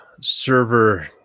server